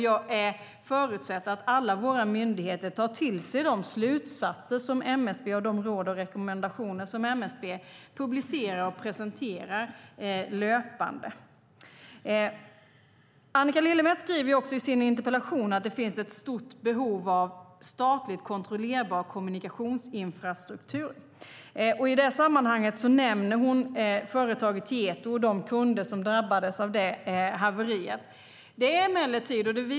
Jag förutsätter att alla våra myndigheter tar till sig de slutsatser som MSB drar och de råd och rekommendationer som myndigheten löpande publicerar och presenterar. Annika Lillemets skriver i sin interpellation att det finns ett stort behov av statligt kontrollerbar kommunikationsinfrastruktur. I sammanhanget nämner hon företaget Tieto och de kunder som drabbades av haveriet där.